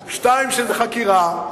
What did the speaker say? שתיים, שזו חקירה.